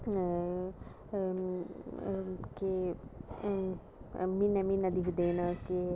की म्हीनै म्हीनै दिक्खदे न कि